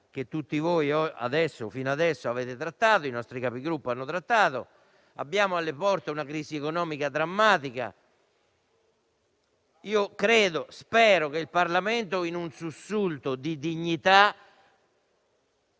che fino adesso i nostri Capigruppo hanno trattato. Abbiamo alle porte una crisi economica drammatica. Credo e spero che il Parlamento, in un sussulto di dignità